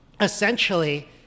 essentially